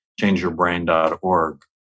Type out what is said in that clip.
changeyourbrain.org